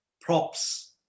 props